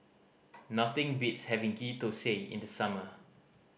nothing beats having Ghee Thosai in the summer